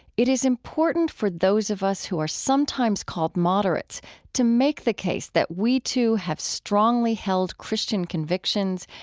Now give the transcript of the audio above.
it is important for those of us who are sometimes called moderates to make the case that we too have strongly held christian convictions,